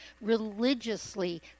religiously